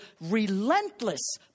relentless